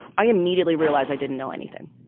i immediately realized i didn't know anything.